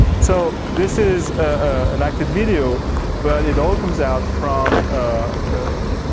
so, this is an acted video but it all comes out from ah